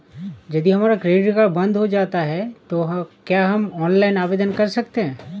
यदि हमारा credit card बंद हो जाता है तो क्या हम ऑनलाइन आवेदन कर सकते हैं?